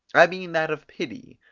i mean that of pity,